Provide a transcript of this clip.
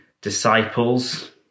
disciples